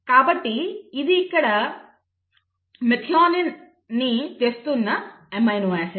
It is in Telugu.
కాబట్టి ఇక్కడ ఇది మెథియోనిన్ ని తెస్తున్న అమైనో ఆసిడ్